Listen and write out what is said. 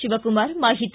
ಶಿವಕುಮಾರ ಮಾಹಿತಿ